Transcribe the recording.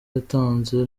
yatanzwe